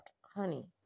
Honey